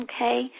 Okay